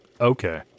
Okay